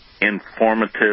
informative